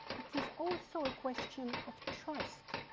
it is also a question of trust,